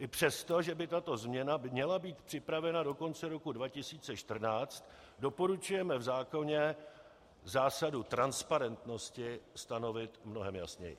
I přesto, že by tato změna měla být připravena do konce roku 2014, doporučujeme v zákoně zásadu transparentnosti stanovit mnohem jasněji.